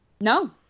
No